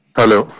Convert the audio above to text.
Hello